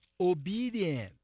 obedient